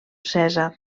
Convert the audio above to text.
cèsar